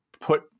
put